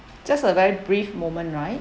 just a very brief moment right